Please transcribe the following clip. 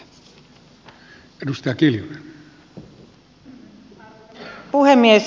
arvoisa puhemies